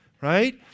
right